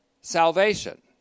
salvation